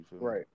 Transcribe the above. right